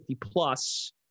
plus